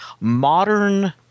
modern